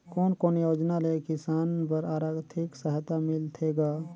कोन कोन योजना ले किसान बर आरथिक सहायता मिलथे ग?